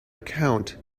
account